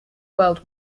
world